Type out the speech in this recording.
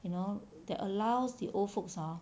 you know that allows the old folks hor